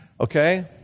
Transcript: okay